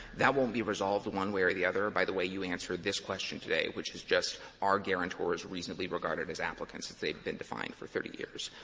that won't be resolved one way or the other by the way you answered this question today, which is just are guarantors reasonably regarded as applicants as they've been defined for thirty years?